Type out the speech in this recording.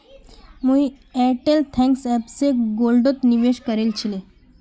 मुई Airtel thanks app स गोल्डत निवेश करील छिले